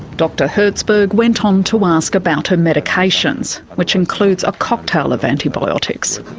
dr herzberg went on to ask about her medications, which includes a cocktail of antibiotics.